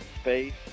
Space